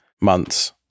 months